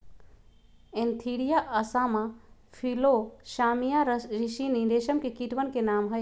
Antheraea assama Philosamia ricini रेशम के कीटवन के नाम हई